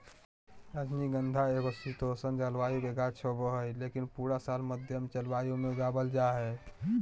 रजनीगंधा एगो शीतोष्ण जलवायु के गाछ होबा हय, लेकिन पूरा साल मध्यम जलवायु मे उगावल जा हय